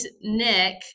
Nick